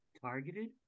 Targeted